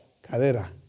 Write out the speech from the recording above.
Cadera